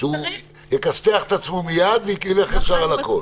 שהוא יכסתח את עצמו מייד, וכאילו --- על הכול.